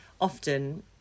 often